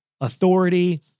authority